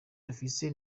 dufise